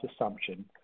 assumption